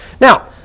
Now